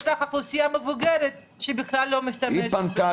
יש לך אוכלוסייה מבוגרת שבכלל לא משתמשת.